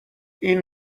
این